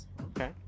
Okay